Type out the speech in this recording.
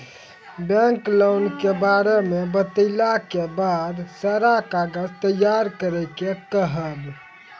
Bank loan के बारे मे बतेला के बाद सारा कागज तैयार करे के कहब?